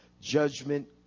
Judgment